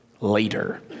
later